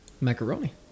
Macaroni